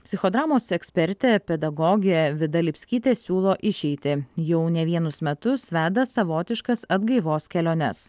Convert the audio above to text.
psichodramos ekspertė pedagogė vida lipskytė siūlo išeitį jau ne vienus metus veda savotiškas atgaivos keliones